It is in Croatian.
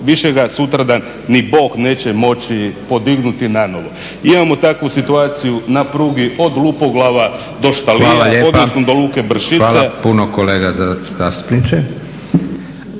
više ga sutradan ni Bog neće moći podići na novo. Imamo takvu situaciju na prugi od Lupoglava do … **Leko, Josip (SDP)** Hvala lijepa. Hvala puno kolega zastupniče.